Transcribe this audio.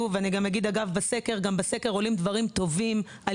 אגב, בסקר עולים גם דברים טובים על